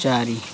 ଚାରି